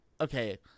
okay